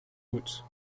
hôte